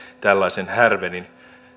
tällaisen härvelin